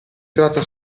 tratta